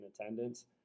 attendance